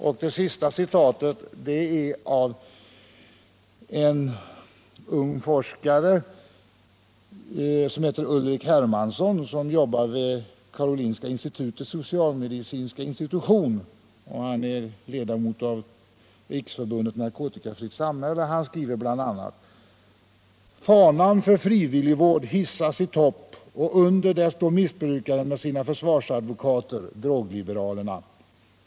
Nästa citat är hämtat ur en artikel i Blå Bandet den 27 oktober av en ung forskare, som heter Ulrich Hermansson och som jobbar vid Karolinska institutets socialmedicinska institution. Han är också suppleant i förbundsstyrelsen i Riksförbundet Narkotikafritt Samhälle. ”Fanan för frivilligvård hissas i topp och under står missbrukaren med sina försvarsadvokater ”drogliberalerna'.